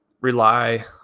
rely